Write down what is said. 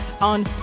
on